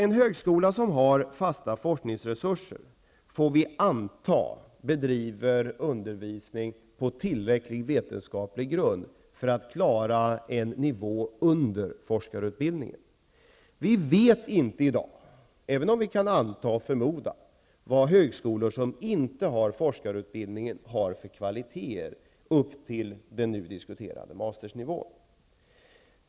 En högskola som har fasta forskningsresurser bedriver, får vi anta, undervisning på tillräcklig vetenskaplig grund för att klara en nivå under forskarutbildningen. Vi vet inte i dag, även om vi kan anta och förmoda, vad högskolor som inte har forskarutbildning har för kvaliteter upp till den nu diskuterade mastersnivån.